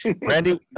Randy